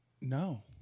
no